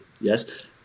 Yes